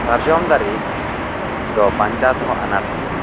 ᱥᱟᱨᱡᱚᱢ ᱫᱟᱨᱮ ᱫᱚ ᱵᱟᱝᱪᱟᱣ ᱫᱚᱦᱚ ᱟᱱᱟᱴ ᱜᱤᱭᱟ